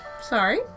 Sorry